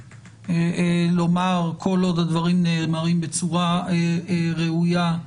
לומר כל עוד הדברים נאמרים בצורה ראויה,